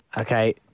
Okay